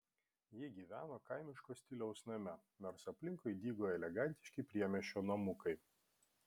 ji gyveno kaimiško stiliaus name nors aplinkui dygo elegantiški priemiesčio namukai